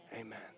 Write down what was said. Amen